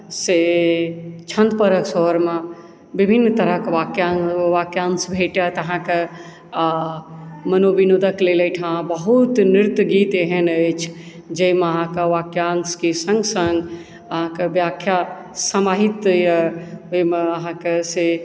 से छन्द पहरके सोहरमे विभिन्न तरहके वाक्य वाक्यांश भेटत अहाँके मनोविनोदक लेल एहिठाम बहुत नृत्य गीत एहन अछि जाहिमे अहाँके वाक्यांशके सङ्ग सङ्ग अहाँके व्याख्या समाहित होइए ओहिमे अहाँके से